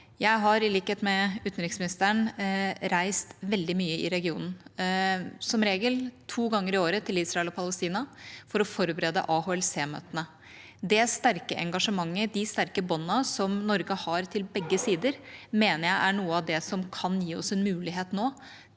Jeg har i likhet med utenriksministeren reist veldig mye i regionen, som regel to ganger i året til Israel og Palestina for å forberede AHLC-møtene. Det sterke engasjementet, de sterke båndene, som Norge har til begge sider, mener jeg er noe av det som kan gi oss en mulighet nå